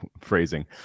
phrasing